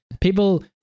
People